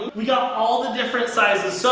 we got all the different sizes. so.